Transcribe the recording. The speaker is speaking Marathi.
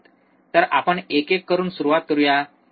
तर आपण एक एक करून सुरुवात करूया